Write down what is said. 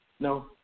No